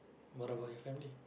what about your family